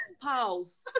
spouse